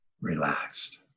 relaxed